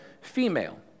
female